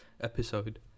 episode